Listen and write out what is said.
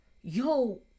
yo